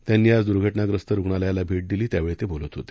त्यांनी आज दुर्घटनाग्रस्त रुग्णालयाला भेट दिली त्यावेळी ते बोलत होते